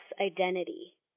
identity